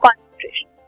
concentration